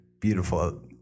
beautiful